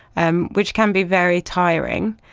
um which can be very tiring.